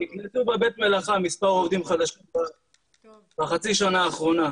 נקלטו בבית המלאכה מספר עובדים חדשים בחצי השנה האחרונה,